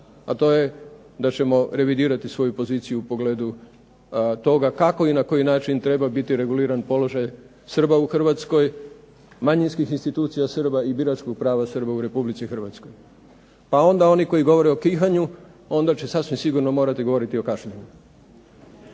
a to je da ćemo revidirati svoju poziciju u pogledu toga kako i na koji način treba biti reguliran položaj Srba u Hrvatskoj, manjinskih institucija Srba i biračkog prava Srba u Republici Hrvatskoj. Pa onda oni koji govore o kihanju onda će sasvim sigurno morati govoriti o kašljanju.